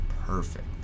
perfect